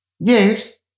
Yes